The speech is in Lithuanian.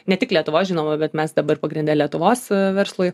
ne tik lietuvos žinoma bet mes dabar pagrindę lietuvos verslui